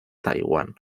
taiwán